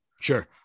Sure